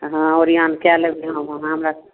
हँ ओरियान कए लेबै हम अहाँ हमरा